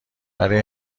برای